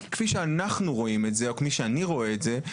כי כפי שאנחנו רואים את זה או כמו שאני רואה את זה,